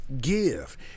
give